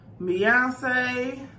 Beyonce